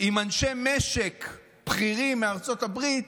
עם אנשי משק בכירים מארצות הברית,